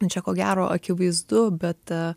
čia ko gero akivaizdu bet